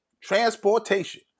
transportation